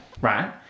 right